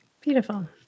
beautiful